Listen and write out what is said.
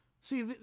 See